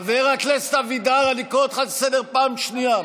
חבר הכנסת אבידר, אני קורא אותך לסדר פעם ראשונה.